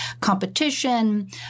competition